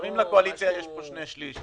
לפעמים לקואליציה יש פה שני שליש,